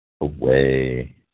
Away